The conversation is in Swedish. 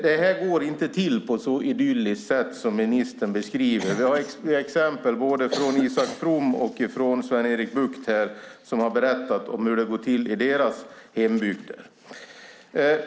Detta går inte till på ett så idylliskt sätt som det ministern beskriver. Vi har exempel från både Isak From och Sven-Erik Bucht, som har berättat hur det har gått till i deras hembygder.